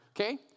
okay